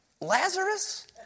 Lazarus